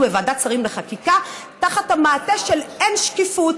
בוועדת שרים לחקיקה תחת המעטה של אין-שקיפות.